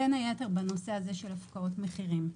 בין היתר בנושא הזה של הפקעות מחירים.